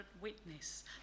witness